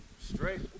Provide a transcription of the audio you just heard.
Straight